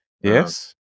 Yes